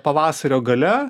pavasario gale